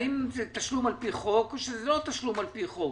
האם זה תשלום על פי חוק או זה לא תשלום על פי חוק.